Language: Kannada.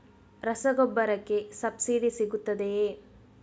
ರಸಗೊಬ್ಬರಕ್ಕೆ ಸಬ್ಸಿಡಿ ಸಿಗುತ್ತದೆಯೇ?